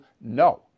no